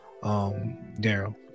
Daryl